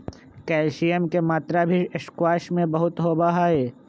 calcium के मात्रा भी स्क्वाश में बहुत होबा हई